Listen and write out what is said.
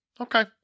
Okay